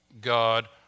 God